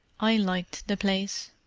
i liked the place,